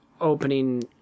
opening